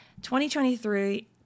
2023